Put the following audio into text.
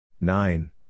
Nine